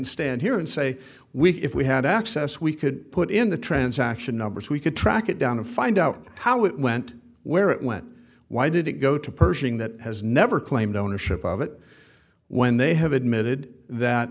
stand here and say we if we had access we could put in the transaction numbers we could track it down and find out how it went where it went why did it go to pershing that has never claimed ownership of it when they have admitted that